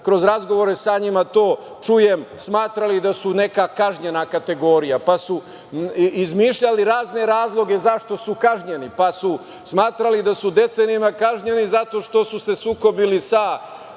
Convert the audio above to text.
kroz razgovore sa njima to čujem, smatrali da su neka kažnjena kategorija, pa su izmišljali razne razloge zašto su kažnjeni, pa su smatrali da se u decenijama kažnjeni zato što su se sukobili sa